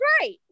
right